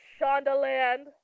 Shondaland